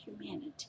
humanity